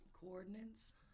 Coordinates